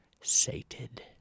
sated